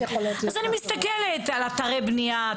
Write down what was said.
אז אני מסתכלת על אתרי בנייה,